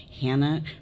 Hannah